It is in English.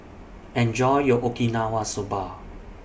Enjoy your Okinawa Soba